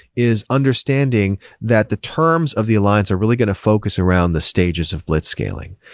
is understanding that the terms of the alliance are really going to focus around the stages of blitzscaling.